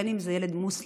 בין אם זה ילד מוסלמי,